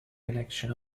connection